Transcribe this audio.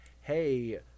hey